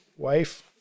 wife